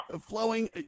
flowing